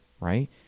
right